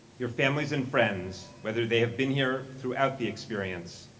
your families and friends whether they have been here throughout the experience,